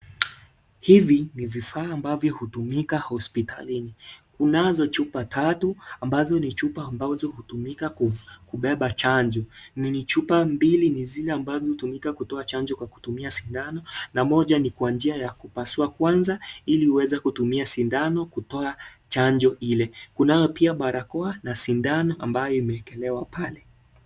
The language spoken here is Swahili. Hivi ni vifaa ambavyo hutumika hospitalini, kunazo chupa tatu ambazo ni chupa ambazo hutumika kubeba chanjo, ni chipa mbili zizazotumika kutoa chanjo kwa kutumia sindano na moja ni kwa njia ya kupasua kwanza iliuweze kutumia sindano kutoa chanjo ile, kunao pia barakoa na sindano ambayo imewekelewa pale.